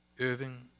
Irving